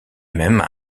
même